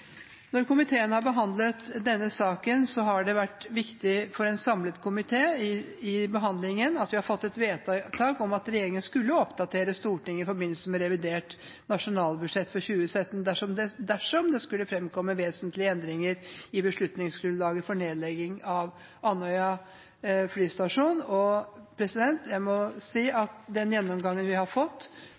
Når komiteen har behandlet denne saken, har det vært viktig for en samlet komité at vi har fått et vedtak om at regjeringen skulle oppdatere Stortinget i forbindelse med revidert nasjonalbudsjett for 2017, dersom det skulle framkomme vesentlige endringer i beslutningsgrunnlaget for nedlegging av Andøya flystasjon. Jeg må si at med den gjennomgangen vi har fått,